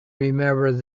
remembered